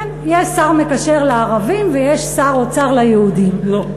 כן, יש שר מקשר לערבים ויש שר אוצר ליהודים, לא.